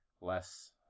less